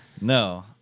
No